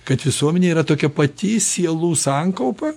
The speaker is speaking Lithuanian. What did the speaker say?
kad visuomenė yra tokia pati sielų sankaupa